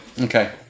Okay